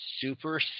super